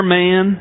man